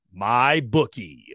MyBookie